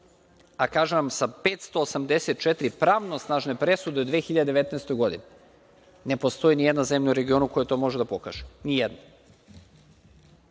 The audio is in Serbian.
a kažem vam, sa 584 pravosnažne presude u 2019. godini, ne postoji nijedna zemlja u regionu koja to može da pokaže, nijedna.